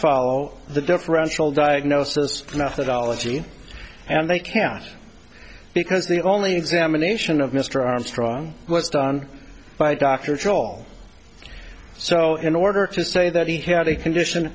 follow the differential diagnosis methodology and they can't because the only examination of mr armstrong was done by dr troll so in order to say that he had a condition